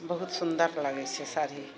बहुत सुन्दर लगै छै साड़ी